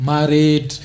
Married